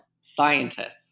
scientists